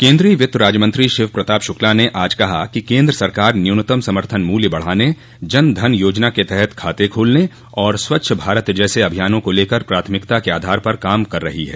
केन्द्रीय वित्त राज्य मंत्री शिव प्रताप शुक्ला ने आज कहा कि केन्द्र सरकार न्यूनतम समर्थन मूल्य बढ़ाने जन धन योजना के तहत खाते खोलने और स्वच्छ भारत जैसे अभियानों को लेकर प्राथमिकता के आधार पर काम कर रही है